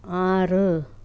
ஆறு